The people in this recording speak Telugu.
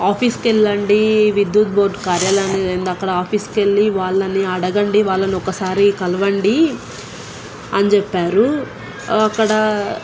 ఆఫీసుకి వెళ్ళండి విద్యుత్ బోర్డ్ కార్యాలయం అనేది ఉంది అక్కడ ఆఫీసుకి వెళ్ళి వాళ్ళని అడగండి వాళ్ళని ఒకసారి కలవండి అని చెెప్పారు అక్కడ